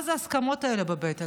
מה זה ההסכמות האלה בבית הנשיא?